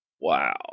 Wow